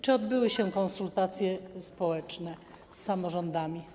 Czy odbyły się konsultacje społeczne z samorządami?